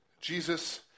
Jesus